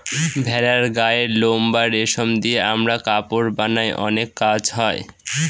ভেড়ার গায়ের লোম বা রেশম দিয়ে আমরা কাপড় বানায় অনেক কাজ হয়